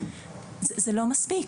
זה לא יספיק.